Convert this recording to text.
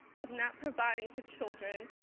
of not providing for children,